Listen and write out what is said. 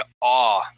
awe